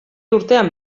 urtean